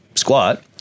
squat